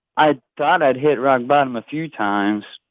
i thought i'd hit rock bottom a few times,